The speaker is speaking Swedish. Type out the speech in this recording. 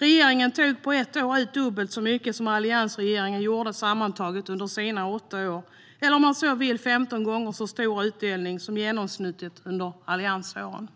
Regeringen tog på ett år ut dubbelt så mycket som alliansregeringen gjorde sammantaget under sina åtta år. Annorlunda uttryckt var det 15 gånger så stor utdelning som genomsnittet under alliansåren.